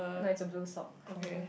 no it's a blue sock for me